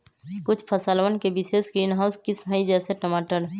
कुछ फसलवन के विशेष ग्रीनहाउस किस्म हई, जैसे टमाटर